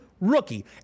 rookie